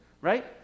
right